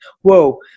whoa